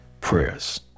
prayers